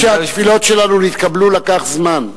עד שהתפילות שלנו התקבלו לקח זמן.